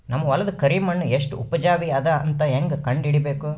ನನ್ನ ಹೊಲದ ಕರಿ ಮಣ್ಣು ಎಷ್ಟು ಉಪಜಾವಿ ಅದ ಅಂತ ಹೇಂಗ ಕಂಡ ಹಿಡಿಬೇಕು?